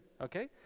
okay